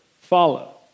follow